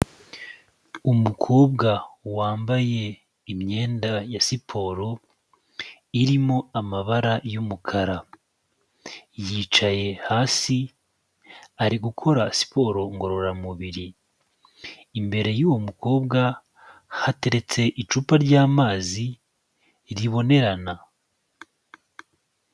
Umukobwa wambaye imyenda ya siporo, irimo amabara y'umukara. Yicaye hasi ari gukora siporo ngororamubiri. Imbere y'uwo mukobwa hateretse icupa ry'amazi ribonerana.